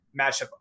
matchup